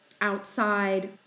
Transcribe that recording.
outside